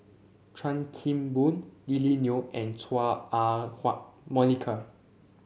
Chan Kim Boon Lily Neo and Chua Ah Huwa Monica